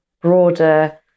broader